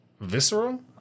visceral